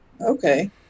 Okay